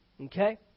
Okay